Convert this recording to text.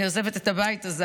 אני עוזבת את הבית הזה,